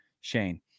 Shane